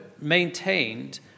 maintained